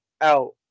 out